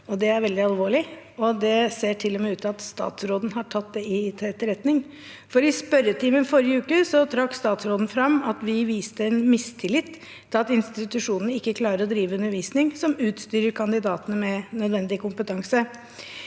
det er veldig alvorlig. Det ser til og med ut til at statsråden har tatt det til etterretning, for i spørretimen forrige uke trakk statsråden fram at vi viste mistillit til at institusjonene klarer å drive undervisning som utstyrer kandidatene med nødvendig kompetanse.